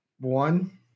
one